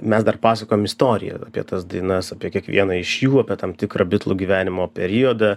mes dar pasakojam istoriją apie tas dainas apie kiekvieną iš jų apie tam tikrą bitlų gyvenimo periodą